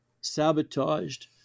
sabotaged